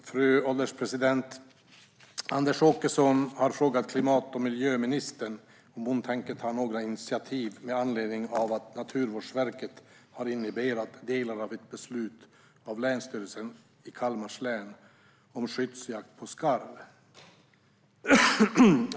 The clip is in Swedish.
Fru ålderspresident! Anders Åkesson har frågat klimat och miljöministern om hon tänker ta några initiativ med anledning av att Naturvårdsverket har inhiberat delar av ett beslut av Länsstyrelsen i Kalmar län om skyddsjakt på skarv.